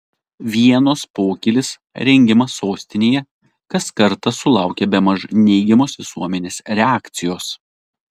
vienos pokylis rengiamas sostinėje kas kartą sulaukia bemaž neigiamos visuomenės reakcijos